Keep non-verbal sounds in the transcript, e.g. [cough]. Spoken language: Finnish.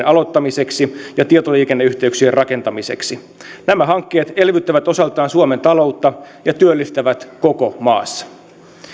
[unintelligible] aloittamiseksi ja tietoliikenneyhteyksien rakentamiseksi nämä hankkeet elvyttävät osaltaan suomen taloutta ja työllistävät koko maassa